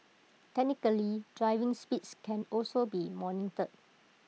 technically driving speeds can also be monitored